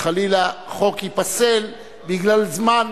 חלילה החוק ייפסל בגלל זמן,